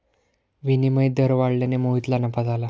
विनिमय दर वाढल्याने मोहितला नफा झाला